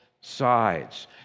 sides